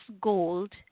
gold